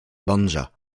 banja